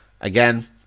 Again